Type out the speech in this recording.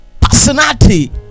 personality